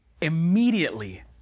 Immediately